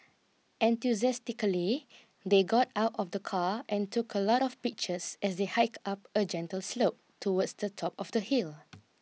enthusiastically they got out of the car and took a lot of pictures as they hike up a gentle slope towards the top of the hill